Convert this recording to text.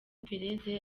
perez